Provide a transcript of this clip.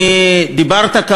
אני דיברתי על עסקים קטנים,